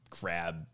grab